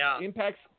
Impact's